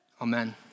Amen